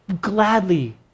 gladly